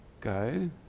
Go